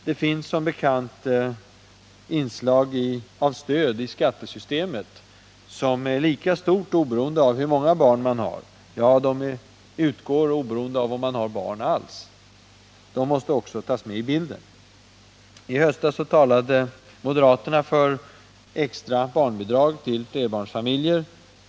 Det finns som bekant i skattesystemet inslag av stöd, som är lika stort oberoende av hur många barn man har —- ja, som utgår oberoende av om man har barn alls. Även det måste tas med i bilden. I höstas talade moderaterna för extra barnbidrag till flerbarnsfamiljer.